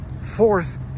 Fourth